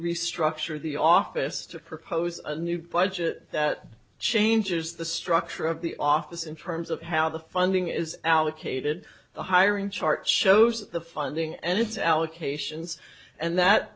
restructure the office to propose a new budget that changes the structure of the office in terms of how the funding is allocated the hiring chart shows the funding and its allocations and that